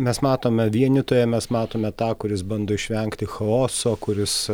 mes matome vienytoją mes matome tą kuris bando išvengti chaoso kuris